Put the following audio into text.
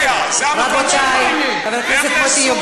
חברת הכנסת גרמן, לך לסוריה.